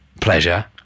pleasure